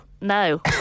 No